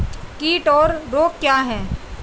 कीट और रोग क्या हैं?